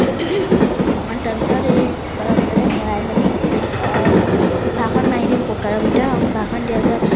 তাৰ পিছতে সেই কুকাৰৰ ভিতৰতে ভৰাই মেলি সোঁফাখন মাৰি দিওঁ কুকাৰৰ ভিতৰত আৰু সোঁফাখন দিয়াৰ পিছত